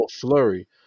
flurry